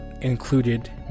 included